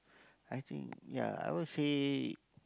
I think ya I'll say